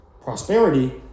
prosperity